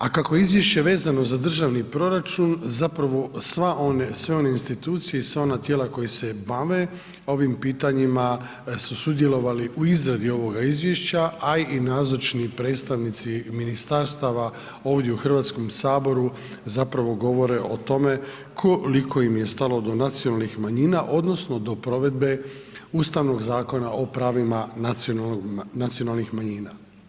A kako je izvješće vezano za državni proračun zapravo sve one institucije i sva ona tijela koja se bave ovim pitanjima su sudjelovali u izradi ovoga izvješća a i nazočni predstavnici ministarstava ovdje u Hrvatskom saboru zapravo govore o tome koliko im je stalo do nacionalnih manjina odnosno do provedbe Ustavnog zakona o pravima nacionalnih manjina.